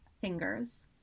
Fingers